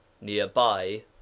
Nearby